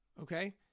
okay